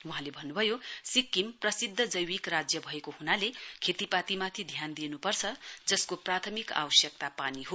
वहाँले भन्नभयो सिक्किम प्रसिध्द जैविक राज्य भएका हनाले खेतीमाथि ध्यान दिइनुपर्छ जसको प्राथमिक आवश्यकता पानी हो